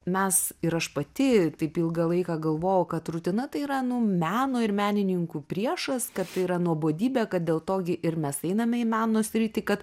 mes ir aš pati taip ilgą laiką galvojau kad rutina tai yra nu meno ir menininkų priešas kad tai yra nuobodybė kad dėl to gi ir mes einame į meno sritį kad